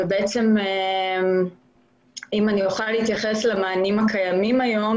אם אני אוכל להתייחס למענים הקיימים היום